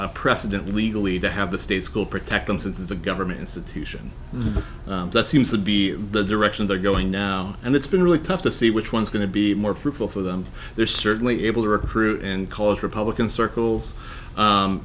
a precedent legally to have the state school protect them since the government institution that seems to be the direction they're going now and it's been really tough to see which one is going to be more fruitful for them they're certainly able to recruit and call it republican circles